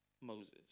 Moses